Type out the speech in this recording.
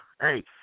Hey